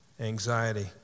anxiety